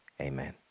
amen